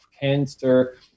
cancer